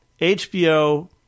HBO